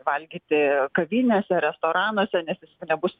valgyti kavinėse restoranuose nes nebus